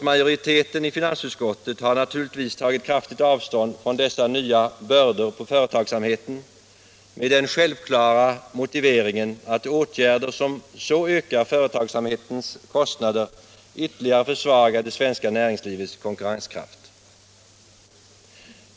Majoriteten i finansutskottet har naturligtvis tagit kraftigt avstånd från dessa nya bördor på företagsamheten med den självklara motiveringen att åtgärder som så ökar företagens kostnader ytterligare försvagar det svenska näringslivets konkurrenskraft.